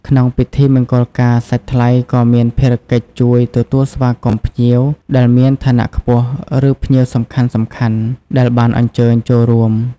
ក្នុងពិធីមង្គលការ សាច់ថ្លៃក៏មានភារកិច្ចជួយ ទទួលស្វាគមន៍ភ្ញៀវដែលមានឋានៈខ្ពស់ ឬ ភ្ញៀវសំខាន់ៗ ដែលបានអញ្ជើញចូលរួម។